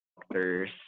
doctors